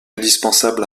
indispensable